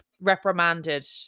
reprimanded